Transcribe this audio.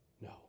No